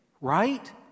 right